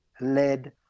led